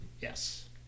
Yes